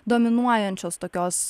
dominuojančios tokios